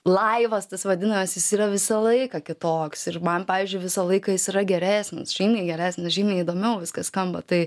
laivas tas vadinamas jis yra visą laiką kitoks ir man pavyzdžiui visą laiką jis yra geresnis žymiai geresnis žymiai įdomiau viskas skamba tai